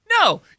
no